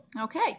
Okay